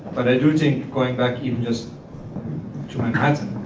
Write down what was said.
but i do think going back even just to manhattan.